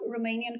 Romanian